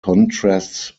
contrasts